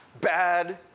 bad